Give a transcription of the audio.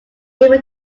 able